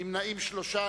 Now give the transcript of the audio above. נמנעים שלושה.